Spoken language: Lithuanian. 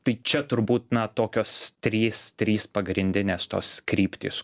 tai čia turbūt na tokios trys trys pagrindinės tos kryptys